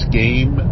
game